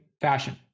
fashion